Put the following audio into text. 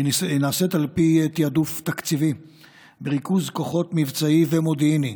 על פי תיעדוף תקציבי בריכוז כוחות מבצעיים ומודיעיניים.